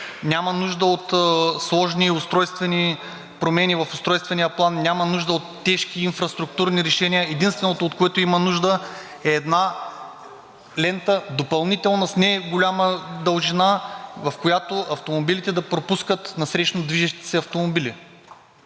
няма нужда от сложни устройствени промени в Устройствения план. Няма нужда от тежки инфраструктурни решения. Единственото, от което има нужда, е една допълнителна лента с не голяма дължина, в която автомобилите да пропускат насрещно движещите се автомобили.